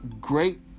great